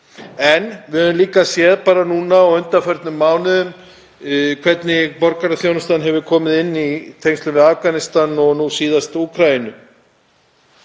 Við höfum líka séð núna á undanförnum mánuðum hvernig borgaraþjónustan hefur komið inn í tengslum við Afganistan og nú síðast Úkraínu.